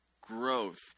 growth